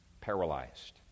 paralyzed